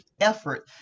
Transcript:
effort